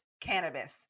cannabis